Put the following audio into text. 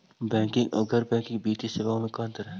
Banking और गैर banking वित्तीय सेवाओं में का अंतर हइ?